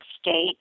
state